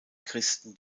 christen